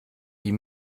die